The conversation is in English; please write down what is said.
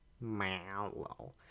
Mallow